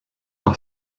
par